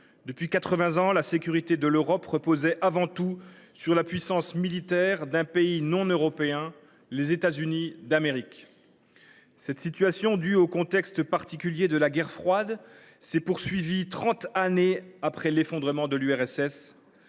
vingts ans : la sécurité de l’Europe reposait avant tout sur la puissance militaire d’un pays non européen, les États Unis d’Amérique. Cette situation, due au contexte particulier de la guerre froide, s’est poursuivie trente ans après l’effondrement de l’URSS,